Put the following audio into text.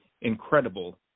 incredible